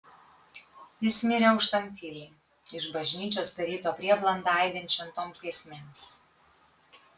jis mirė auštant tyliai iš bažnyčios per ryto prieblandą aidint šventoms giesmėms